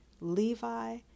Levi